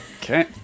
Okay